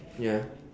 ya